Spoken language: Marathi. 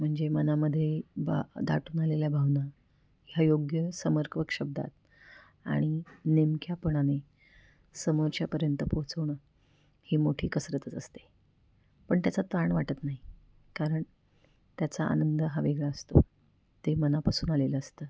म्हणजे मनामध्ये बा दाटून आलेल्या भावना ह्या योग्य समर्पक शब्दात आणि नेमकेपणाने समोरच्यापर्यंत पोहोचवणं ही मोठी कसरतच असते पण त्याचा ताण वाटत नाही कारण त्याचा आनंद हा वेगळा असतो ते मनापासून आलेलं असतं